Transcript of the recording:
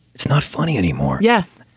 it's not funny anymore. yes.